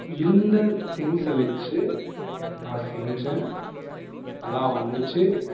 இருந்த திங்க்ஸை வச்சு நான் செஞ்சேன் நல்லா வந்துச்சு